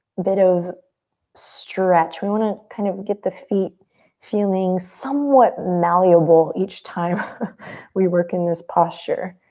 bit of stretch. we want to kind of get the feet feeling somewhat malleable each time we work in this posture.